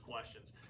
questions